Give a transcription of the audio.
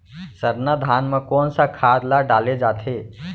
सरना धान म कोन सा खाद ला डाले जाथे?